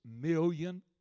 million